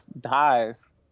dies